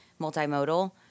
multimodal